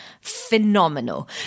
phenomenal